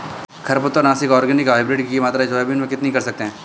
खरपतवार नाशक organic hybrid की मात्रा सोयाबीन में कितनी कर सकते हैं?